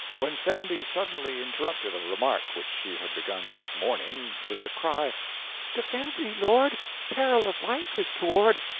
when sandy suddenly interrupted a remark which she had begun that morning, with the cry defend thee, lord peril of life is toward!